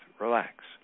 Relax